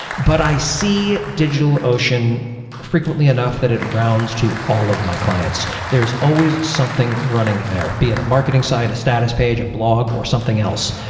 but i see digitalocean frequently enough that it rounds to all of my clients. there is always something running there, be it a marketing side, a status page, a blog or something else,